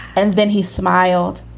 and then he smiled.